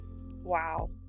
Wow